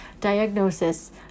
Diagnosis